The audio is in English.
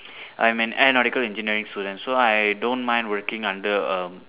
I'm an aeronautical engineering student so I don't mind working under um